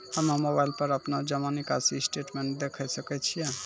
हम्मय मोबाइल पर अपनो जमा निकासी स्टेटमेंट देखय सकय छियै?